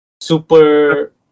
Super